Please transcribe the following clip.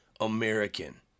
American